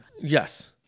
Yes